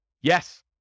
Yes